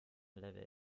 level